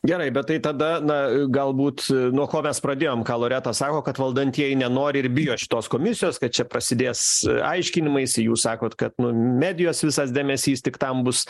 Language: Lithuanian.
gerai bet tai tada na galbūt nuo ko mes pradėjom ką loreta sako kad valdantieji nenori ir bijo šitos komisijos kad čia prasidės aiškinimaisi jūs sakot kad nu medijos visas dėmesys tik tam bus